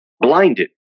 blinded